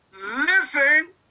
Listen